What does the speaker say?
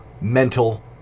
mental